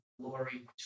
glory